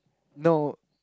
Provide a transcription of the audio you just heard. no